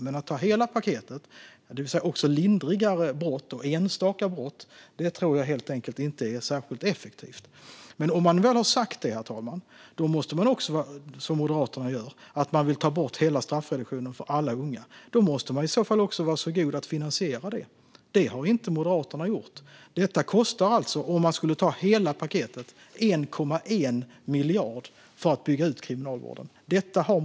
Men att ta hela paketet, det vill säga också lindrigare och enstaka brott, tror jag helt enkelt inte är särskilt effektivt. Om man väl har sagt, som Moderaterna gör, herr talman, att man vill ta bort hela straffreduktionen för alla unga måste man också vara så god och finansiera det. Det har inte Moderaterna gjort. Om man skulle ta hela paketet kostar detta, för att bygga ut kriminalvården, alltså 1,1 miljard.